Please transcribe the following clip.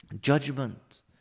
judgment